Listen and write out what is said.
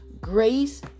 grace